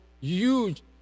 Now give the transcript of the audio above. huge